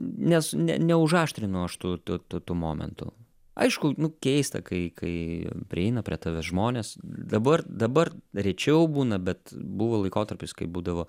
nes ne neužaštrinau aš tų tų tų momentų aišku nu keista kai kai prieina prie tavęs žmones dabar dabar rečiau būna bet buvo laikotarpis kai būdavo